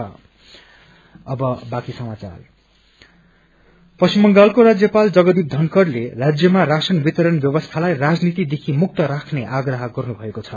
governor पश्चिम बंगालको राज्यपाल जगदीप धनखड़ले राज्यमा राशन वितरण व्यवसीलाई राजनीतिदेखि मुक्त राख्ने आप्रह गर्नुभएको छ